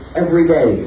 everyday